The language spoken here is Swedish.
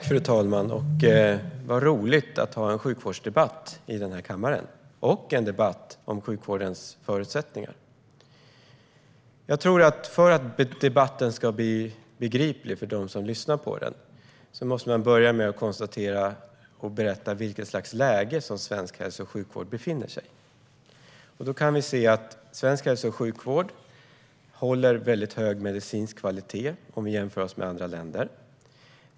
Fru talman! Vad roligt att ha en sjukvårdsdebatt i den här kammaren och en debatt om sjukvårdens förutsättningar! För att debatten ska bli begriplig för dem som lyssnar på den måste man börja med att berätta i vilket läge svensk hälso och sjukvård befinner sig. Svensk hälso och sjukvård håller väldigt hög medicinsk kvalitet jämfört med andra länder.